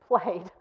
played